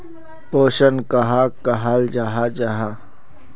पोषण कहाक कहाल जाहा जाहा?